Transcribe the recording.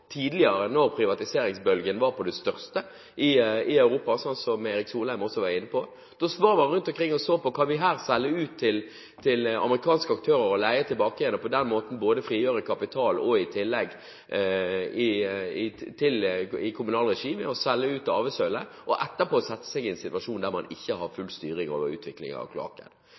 tidligere da privatiseringsbølgen var på sitt største i Europa, slik som Erik Solheim også var inne på. Da sprang man rundt og så på om man kunne selge ut til amerikanske aktører og leie tilbake igjen, og på den måten både frigjøre kapital og i tillegg i kommunal regi selge ut arvesølvet, og etterpå sette seg i en situasjon der man ikke har full styring over utviklingen av kloakken.